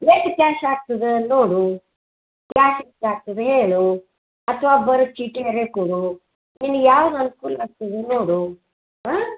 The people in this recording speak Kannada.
ಎಷ್ಟು ಕ್ಯಾಶ್ ಆಗ್ತದ ನೋಡು ಕ್ಯಾಶ್ ಬರೆದ ಚೀಟಿಯವ್ರೇ ಕೊಡು ನಿನಗೆ ಯಾವ್ದು ಅನುಕೂಲ ಆಗ್ತದೆ ನೋಡು ಹಾಂ